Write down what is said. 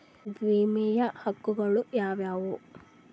ವಿಮೆಯ ಹಕ್ಕುಗಳು ಯಾವ್ಯಾವು?